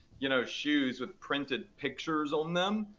you know, shoes with printed pictures on them.